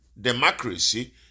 democracy